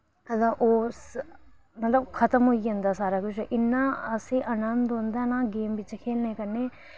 हां ते ओ स मतलब खत्म होई जंदा सारा कुछ मतलब इन्ना असें अनंद औंदा ना गेम बिच खेलने कन्नै